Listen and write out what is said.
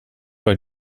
bei